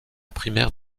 primaire